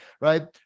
right